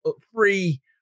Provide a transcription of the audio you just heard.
free